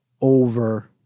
over